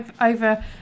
over